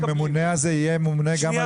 שהממונה הזה יהיה ממונה גם על זה?